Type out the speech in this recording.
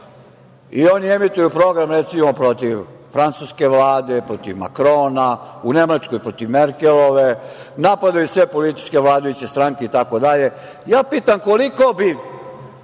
i oni emituju program recimo protiv Francuske Vlade, protiv Makrona, u Nemačkoj protiv Merkelove, napadaju sve političke vladajuće stranke, ja pitam koliko bi